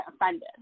offended